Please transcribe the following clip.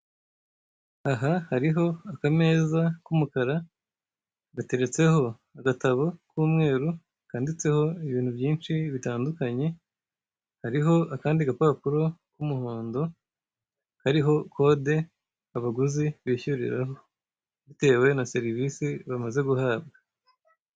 Aha hariho akameza ku mukara gateretseho agatabo k'umweru kanditseho ibintu byinshi bitandukanye hariho akandi ga papuro k'umuhondo hariho kode abaguzi bishyuriraho bitewe na serivisi bamaze guhabwa.